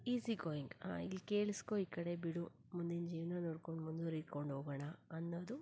easy going ಇಲ್ಲಿ ಕೇಳಿಸಿಕೋ ಈ ಕಡೆ ಬಿಡು ಮುಂದಿನ ಜೀವನ ನೋಡಿಕೋ ಮುಂದುವರದ್ಕೊಂಡು ಹೋಗೋಣ ಅನ್ನೋದು